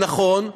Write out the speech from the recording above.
ונכון,